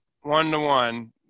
one-to-one